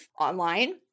online